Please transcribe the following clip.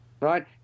right